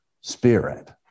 spirit